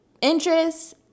interests